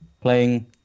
playing